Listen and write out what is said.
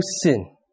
sin